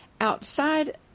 outside